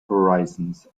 horizons